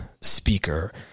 speaker